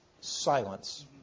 silence